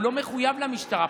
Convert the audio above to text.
הוא לא מחויב למשטרה.